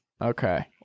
Okay